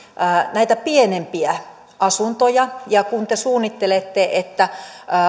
näitä pienempiä asuntoja ja kun te suunnittelette että